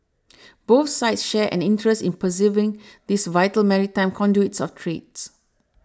both sides share an interest in preserving these vital maritime conduits of trades